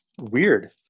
weird